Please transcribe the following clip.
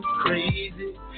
crazy